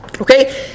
Okay